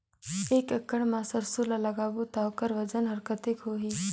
एक एकड़ मा सरसो ला लगाबो ता ओकर वजन हर कते होही?